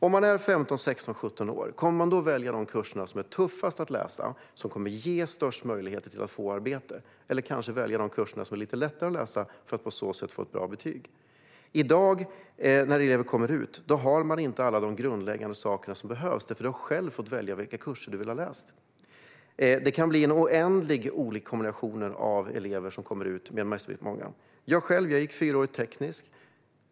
Om man är 15, 16, 17 år, kommer man då att välja de kurser som är tuffast att läsa och ger störst möjligheter att få arbete, eller väljer man kanske de kurser som är lite lättare att läsa så att man får ett bra betyg? I dag när elever kommer ut har de inte alla grundläggande saker som behövs eftersom de själva har fått välja vilka kurser de velat läsa. Det kan bli oändligt många kombinationer bland de elever som kommer ut. Jag gick själv fyraårig teknisk.